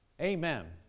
Amen